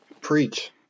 Preach